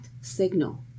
signal